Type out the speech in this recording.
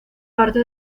parte